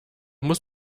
muss